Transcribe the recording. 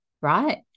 Right